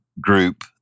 group